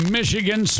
Michigan